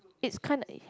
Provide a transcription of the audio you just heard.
it's kinda